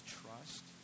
trust